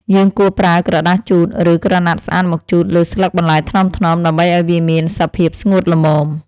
យើងគួរប្រើក្រដាសជូត ឬក្រណាត់ស្អាតមកជូតលើស្លឹកបន្លែថ្នមៗ ដើម្បីឱ្យវាមានសភាពស្ងួតល្មម។